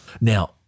Now